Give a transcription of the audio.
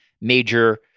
major